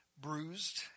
bruised